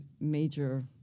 major